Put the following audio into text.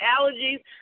allergies